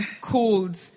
called